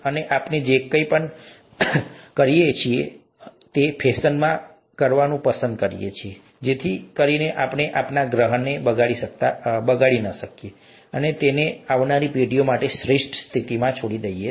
અને આપણે જે કંઈ પણ કરીએ છીએ અમે ટકાઉ ફેશનમાં કરવાનું પસંદ કરીએ છીએ જેથી કરીને આપણે આપણા ગ્રહને બગાડી ન જઈએ અને તેને આવનારી પેઢીઓ માટે શ્રેષ્ઠ સ્થિતિમાં છોડી દઈએ